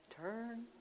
Turn